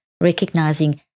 recognizing